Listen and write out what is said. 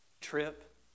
trip